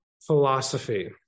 philosophy